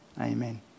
Amen